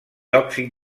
òxid